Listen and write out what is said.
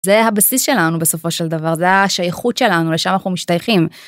זה הבסיס שלנו בסופו של דבר, זה השייכות שלנו, לשם אנחנו משתייכים.